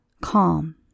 Calm